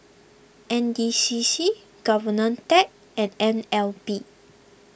N D C C Govtech and N L B